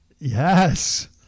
Yes